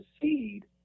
seed